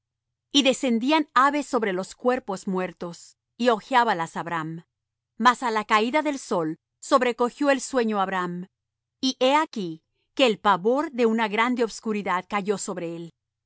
y descendían aves sobre los cuerpos muertos y ojeábalas abram mas á la caída del sol sobrecogió el sueño á abram y he aquí que el pavor de una grande obscuridad cayó sobre él